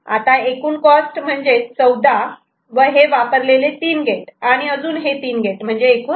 आता एकूण कॉस्ट म्हणजेच 14 व हे वापरलेले तीन गेट आणि अजून हे तीन गेट म्हणजेच एकूण 20 झाली